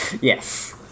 Yes